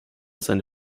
seine